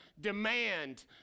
demand